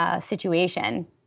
situation